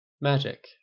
Magic